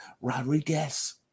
Rodriguez